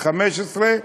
15,